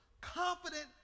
Confident